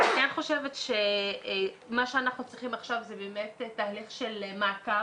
אני כן חושבת שמה שאנחנו צריכים עכשיו זה תהליך של מעקב,